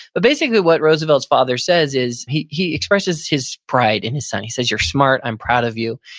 but, basically what roosevelt's father says is, he he expressed his his pride in his son. he says, you're smart, i'm proud of you,